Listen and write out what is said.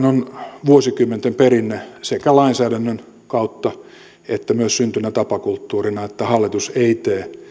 on vuosikymmenten perinne sekä lainsäädännön kautta että myös syntyneenä tapakulttuurina että hallitus ei tee